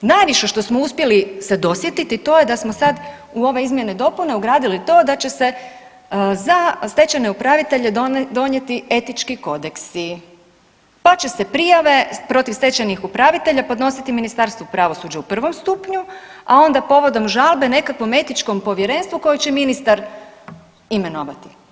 Najviše što smo uspjeli se dosjetiti to je da smo sad u ove izmjene i dopune ugradili to da će se za stečajne upravitelje donijeti etički kodeksi, pa će se prijave protiv stečajnih upravitelja podnositi Ministarstvu pravosuđa u prvom stupnju, a onda povodom žalbe nekakvom etičkom povjerenstvu koje će ministar imenovati.